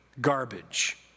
Garbage